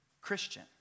Christian